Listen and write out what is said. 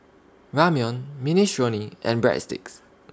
Ramyeon Minestrone and Breadsticks